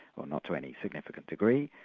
well not to any significant degree.